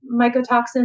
mycotoxins